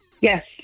Yes